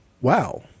wow